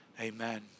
Amen